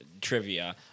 trivia